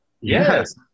yes